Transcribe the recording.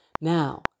Now